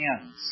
hands